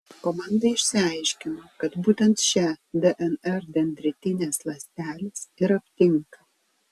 komanda išsiaiškino kad būtent šią dnr dendritinės ląstelės ir aptinka